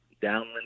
downwind